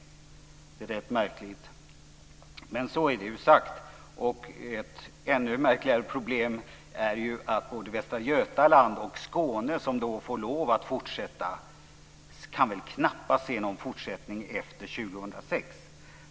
Det är rätt märkligt, men så är det ju sagt. Ett ännu märkligare problem är att både Västra Götaland och Skåne, som får lov att fortsätta, väl knappast kan se någon fortsättning efter 2006.